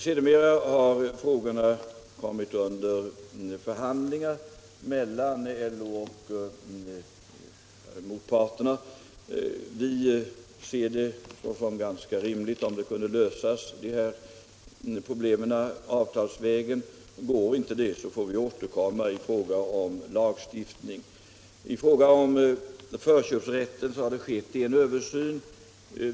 Sedermera har dessa frågor blivit föremål för förhandlingar mellan LO och motparterna och vi ser det som ganska rimligt om de kunde lösas avtalsvägen. Går inte det får vi återkomma angående lag = stiftning. Om undersökning I fråga om förköpsrätten har det skett en översyn.